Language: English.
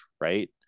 right